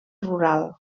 rural